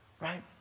right